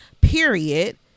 period